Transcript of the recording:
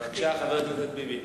מי